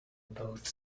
both